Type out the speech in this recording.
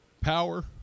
power